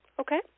Okay